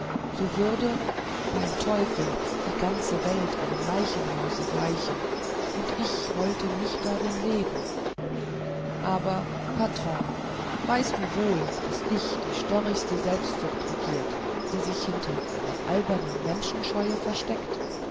so würde beim teufel die welt einem leichenhause gleichen und ich wollte nicht darin leben aber patron weißt du wohl daß dich die störrigste selbstsucht regiert die sich hinter einer albernen menschenscheue versteckt